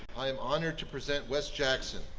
i am honored to present wes jackson,